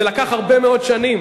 זה לקח הרבה מאוד שנים,